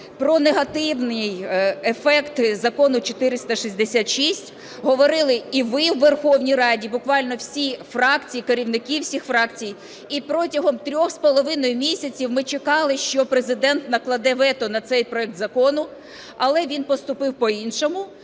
Про негативний ефект Закону 466 говорили і ви в Верховній Раді, буквально всі фракції, керівники всіх фракцій, і протягом 3,5 місяців ми чекали, що Президент накладе вето не цей проект закону, але він поступив по-іншому.